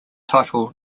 title